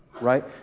Right